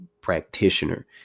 practitioner